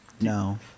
No